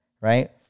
Right